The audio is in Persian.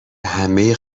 همه